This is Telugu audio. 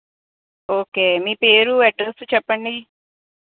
ఓకే మీ పేరు అడ్రెస్ చెప్పండి